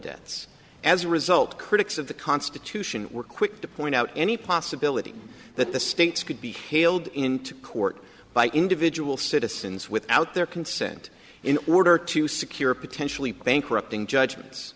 debts as a result critics of the constitution were quick to point out any possibility that the states could be haled into court by individual citizens without their consent in order to secure a potentially bankrupting judgments